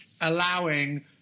allowing